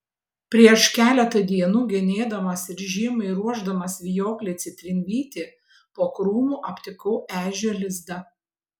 prieš keletą dienų genėdamas ir žiemai ruošdamas vijoklį citrinvytį po krūmu aptikau ežio lizdą